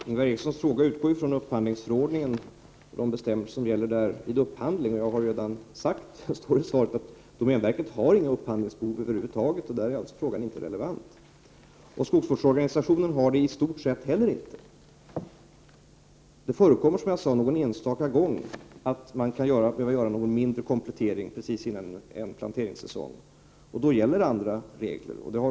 Herr talman! Ingvar Erikssons fråga utgår från upphandlingsförordningen och de bestämmelser som gäller där vid upphandling. Jag har redan sagt att domänverket över huvud taget inte har något upphandlingsbehov. Därmed är alltså frågan inte relevant. Skogsvårdsorganisationen har i stort sett inte heller något upphandlingsbehov. Det förekommer, som jag sade i mitt svar, någon enstaka gång att man kan behöva göra någon mindre komplettering omedelbart före en planteringssäsong, och då gäller andra regler.